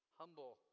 humble